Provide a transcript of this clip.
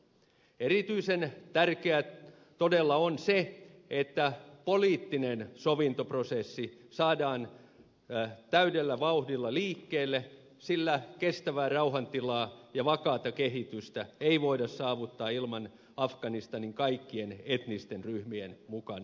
erityisen tärkeää todella on se että poliittinen sovintoprosessi saadaan täydellä vauhdilla liikkeelle sillä kestävää rauhantilaa ja vakaata kehitystä ei voida saavuttaa ilman afganistanin kaikkien etnisten ryhmien mukanaoloa